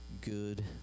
Good